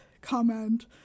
comment